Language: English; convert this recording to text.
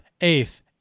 Eighth